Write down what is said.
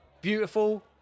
beautiful